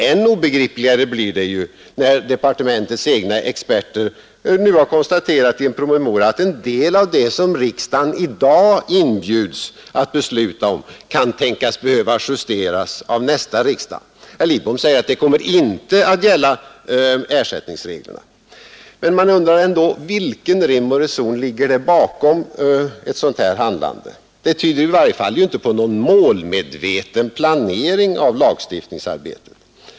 Än obegripligare blir det när departementets egna experter nu i en promemoria konstaterat att en del av det som riksdagen i dag inbjuds besluta om kan tänkas behöva justeras av nästa riksdag. Herr Lidbom säger visserligen att det inte kommer att gälla ersättningsreglerna, men man undrar ändå vilken rim och reson som ligger bakom ett sådant handlande. Det tyder i varje fall inte på någon målmedveten planering av lagstiftningsarbetet.